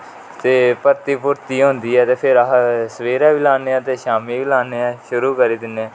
ते भर्ती बगैरा होंदी ऐ फिर अस सबेरे बी लाने हा ते शामी बी लाने हां शुरु करी दिने हां